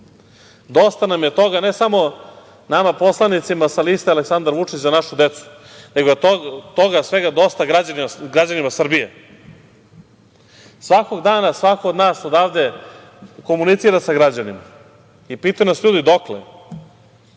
Dosta nam je toga ne samo nama poslanicima sa liste Aleksandra Vučića – Za našu decu, nego toga svega dosta je građanima Srbije. Svakog dana, svako nas odavde komunicira sa građanima i pitaju nas ljudi dokle?